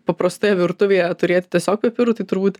paprastoje virtuvėje turėt tiesiog pipirų tai turbūt